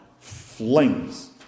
flings